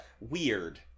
Weird